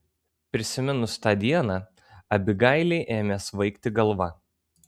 prisiminus tą dieną abigailei ėmė svaigti galva